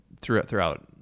throughout